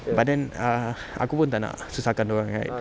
but then err aku pun tak nak susahkan dia orang right